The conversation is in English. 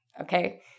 Okay